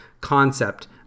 concept